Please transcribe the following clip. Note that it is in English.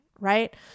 Right